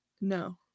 No